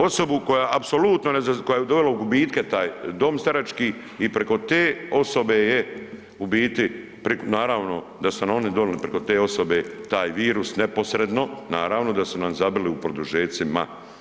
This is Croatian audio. Osobu koja apsolutno ne, koja je dovela u gubitke taj dom starački i preko te osobe je ubiti naravno da su nam oni donili preko te osobe taj virus neposredno, naravno da su nam zabili u produžecima.